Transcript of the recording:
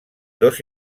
dos